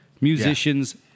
musicians